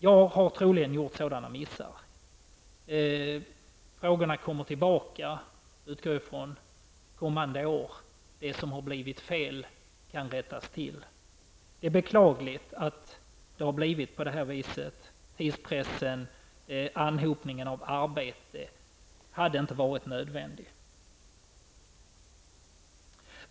Jag tror att jag har gjort missar, men dessa frågor återkommer under kommande år, det utgår jag ifrån. Det som möjligen blivit fel kan rättas till. Det är beklagligt att det har blivit så här. Tidspressen, anhopningen av arbetet hade inte varit nödvändiga.